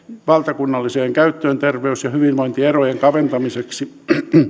valtakunnalliseen käyttöön terveys ja hyvinvointierojen kaventamiseksi